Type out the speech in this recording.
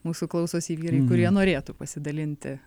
mūsų klausosi vyrai kurie norėtų pasidalinti